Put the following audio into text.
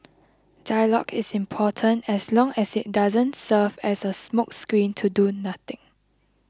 dialogue is important as long as it doesn't serve as a smokescreen to do nothing